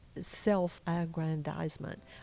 self-aggrandizement